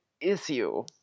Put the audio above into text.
issue